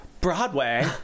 Broadway